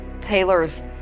Taylor's